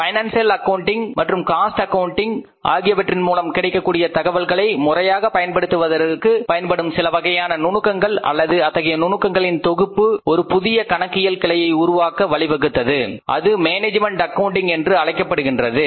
financial accounting மற்றும் cost accounting ஆகியவற்றின் மூலம் கிடைக்கக்கூடிய தகவல்களை முறையாக பயன்படுத்துவதற்கு பயன்படும் சிலவகையான நுணுக்கங்கள் அல்லது அத்தகைய நுணுக்கங்களின் தொகுப்பு ஒரு புதிய கணக்கியல் கிளையை உருவாக்க வழிவகுத்தது அது மேனேஜ்மென்ட் அக்கவுண்டிங் என்று அழைக்கப்படுகின்றது